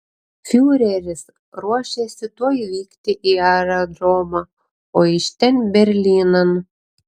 fiureris ruošėsi tuoj vykti į aerodromą o iš ten berlynan